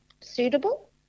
suitable